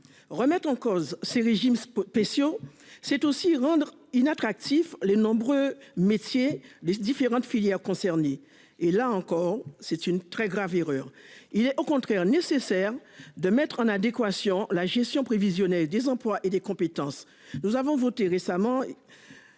Remettre en cause ces régimes spéciaux, c'est aussi diminuer l'attractivité des nombreux métiers des différentes filières concernées. Là encore, c'est une très grave erreur. Il est au contraire nécessaire de mettre en adéquation la gestion prévisionnelle des emplois et des compétences avec nos besoins. Nous avons voté récemment